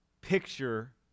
picture